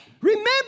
Remember